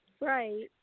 right